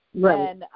Right